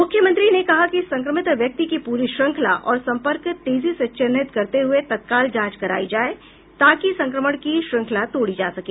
मुख्यमंत्री ने कहा कि संक्रमित व्यक्ति की पूरी श्रृंखला और संपर्क तेजी से चिन्हित करते हुये तत्काल जांच करायी जाए ताकि संक्रमण की श्रृंखला तोड़ी जा सके